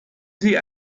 sie